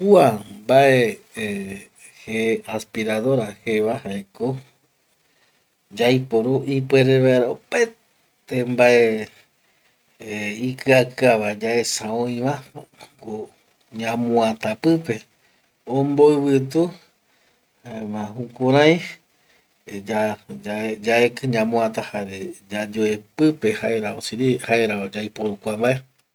Kua mbae je aspiradora jeva jaeko yaiporu ipuere vaera opaete mbae eh ikiakiava yaesa oiva ñamuata pipe, omboivitu jaema jukurai yaeki ñamuata jare yayoe pipe jaera osirive jaera yaiporu kua mbae